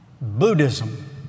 Buddhism